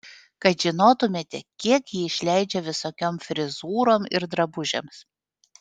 kad žinotumėte kiek ji išleidžia visokiom frizūrom ir drabužiams